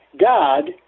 God